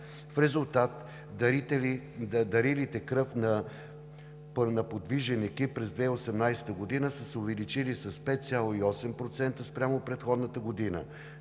В резултат дарилите кръв на подвижен екип през 2018 г. са се увеличили с 5,8% спрямо предходната година.